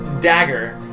dagger